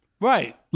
Right